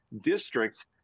districts